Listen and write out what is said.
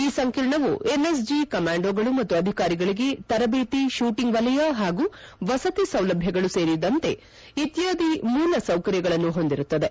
ಈ ಸಂಕೀರ್ಣವು ಎನ್ಎಸ್ಜಿ ಕಮಾಂಡೋಗಳು ಮತ್ತು ಅಧಿಕಾರಿಗಳಿಗೆ ತರಬೇತಿ ಶೂಟಿಂಗ್ ವಲಯ ಮತ್ತು ವಸತಿ ಸೌಲಭ್ಯಗಳು ಸೇರಿದಂತೆ ಇತ್ಕಾದಿ ಮೂಲ ಸೌಕರ್ಯಗಳನ್ನು ಹೊಂದಿರುತ್ತದೆ